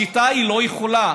השיטה לא יכולה,